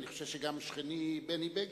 אני חושב שגם שכני בני בגין,